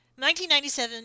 1997